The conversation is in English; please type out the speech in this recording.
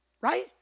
right